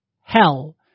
hell